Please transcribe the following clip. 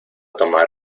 tomar